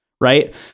right